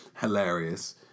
hilarious